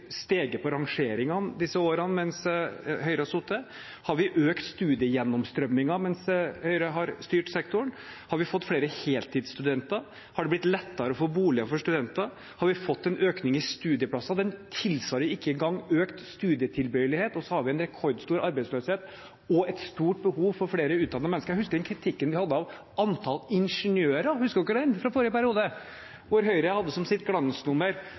steget på rangeringene i disse årene mens Høyre har sittet? Har man økt studiegjennomstrømningen mens Høyre har styrt sektoren? Har man fått flere heltidsstudenter? Har det blitt lettere å få boliger for studenter? Har man fått en økning i studieplasser? Den tilsvarer jo ikke engang økt studietilbøyelighet, og så har vi en rekordstor arbeidsløshet og et stort behov for flere utdannede mennesker. Jeg husker den kritikken vi hadde av antall ingeniører – husker dere den, fra forrige periode – da Høyre hadde som sitt glansnummer